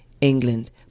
england